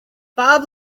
bob